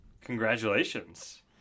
Congratulations